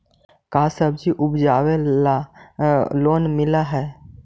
का सब्जी उपजाबेला लोन मिलै हई?